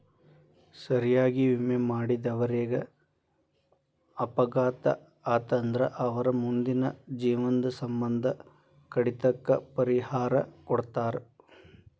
ಸರಿಯಾಗಿ ವಿಮೆ ಮಾಡಿದವರೇಗ ಅಪಘಾತ ಆತಂದ್ರ ಅವರ್ ಮುಂದಿನ ಜೇವ್ನದ್ ಸಮ್ಮಂದ ಕಡಿತಕ್ಕ ಪರಿಹಾರಾ ಕೊಡ್ತಾರ್